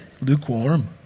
lukewarm